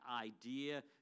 idea